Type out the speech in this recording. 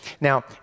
Now